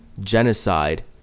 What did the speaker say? genocide